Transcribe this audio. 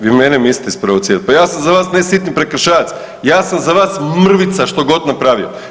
Vi mene mislite isprovocirati, pa ja sam za vas ne sitni prekršajac, ja sam za vas mrvica što god napravio.